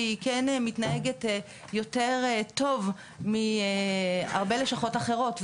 והיא כן מתנהגת יותר טוב מהרבה לשכות אחרות,